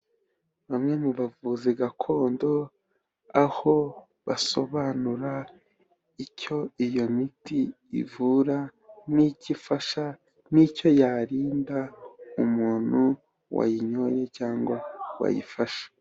Bamwe mu bavuzi gakondo aho basobanura icyo iyo miti ivura n'icyo ifasha n'icyo yarinda umuntu wayinyoye cyangwa wayifashe.